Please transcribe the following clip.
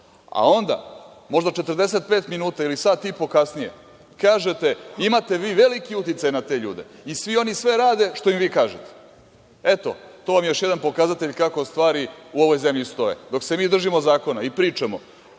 a onda, možda 45 minuta ili sat i po kasnije kažete – imate vi veliki uticaj na te ljude i svi oni sve rade što im vi kažete. Eto, to vam je još jedan pokazatelj kako stvari u ovoj zemlji stoje. Dok se mi držimo zakona i pričamo,